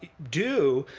do,